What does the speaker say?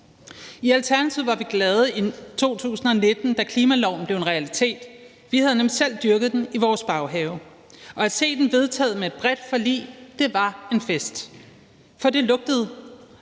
I Alternativet var vi glade i 2019, da klimaloven blev en realitet. Vi havde nemlig selv dyrket den i vores baghave. At se den vedtaget med et bredt forlig var en fest, for det lugtede